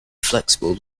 flexible